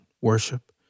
worship